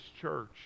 church